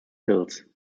hills